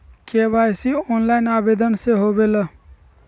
KYC online आवेदन से होवे ला?